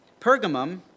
Pergamum